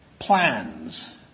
plans